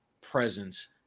presence